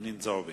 חנין זועבי.